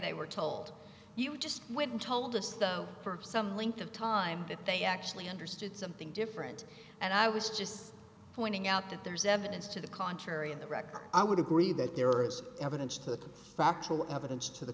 they were told you just went and told us though for some length of time that they actually understood something different and i was just pointing out that there's evidence to the contrary in the record i would agree that there is evidence to the factual evidence to the